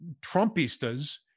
Trumpistas